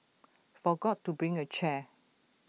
forgot to bring A chair